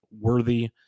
worthy